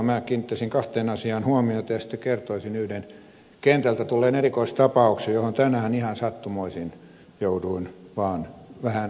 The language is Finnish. minä kiinnittäisin kahteen asiaan huomiota ja sitten kertoisin yhden kentältä tulleen erikoistapauksen johon tänään ihan sattumoisin jouduin vaan vähän mukaan